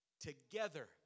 together